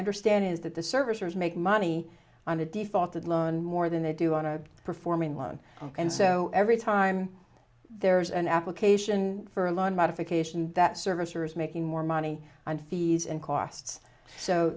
understanding is that the services make money on a defaulted loan more than they do on a performing loan and so every time there's an application for a loan modification that servicers making more money and fees and costs so